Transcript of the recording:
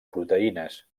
proteïnes